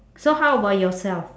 so how about yourself